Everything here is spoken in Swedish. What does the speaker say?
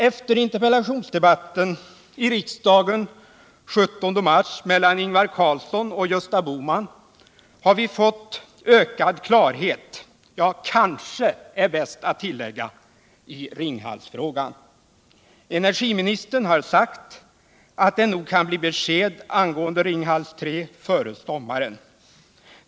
Efter interpellationsdebatten i riksdagen den 17 mars mellan Ingvar Carlsson och Gösta Bohman har vi fått ökad klarhet — kanske, är bäst att tillägga — i Ringhals-frågan. Energiministern har sagt att det nog kan bli besked angående Ringhals 3 före sommaren.